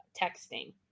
texting